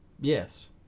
Yes